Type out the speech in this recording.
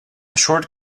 short